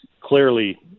clearly